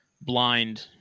blind